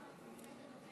חברים.